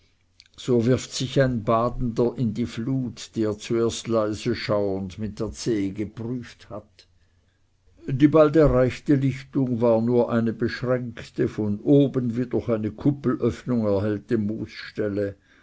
so wirft sich ein badender in die flut die er zuerst leise schauernd mit der zehe geprüft hat die bald erreichte lichtung war nur eine beschränkte von oben wie durch eine kuppelöffnung erhellte